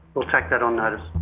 we'll take that on notice.